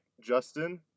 Justin